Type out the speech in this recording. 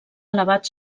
elevat